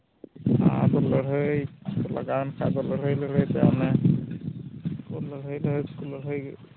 ᱟᱫᱚ ᱞᱟᱹᱲᱦᱟᱹᱭ ᱞᱟᱜᱟᱣᱮᱱ ᱠᱷᱟᱱ ᱫᱚ ᱞᱟᱹᱲᱦᱟᱹᱭ ᱞᱟᱹᱲᱦᱟᱹᱭ ᱛᱮ ᱚᱱᱮ ᱞᱟᱹᱲᱦᱟᱹᱭᱼᱞᱟᱹᱲᱦᱟᱹᱭ ᱛᱮᱠᱚ ᱞᱟᱹᱲᱦᱟᱹᱭ